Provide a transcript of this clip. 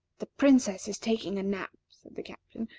the princess is taking a nap, said the captain,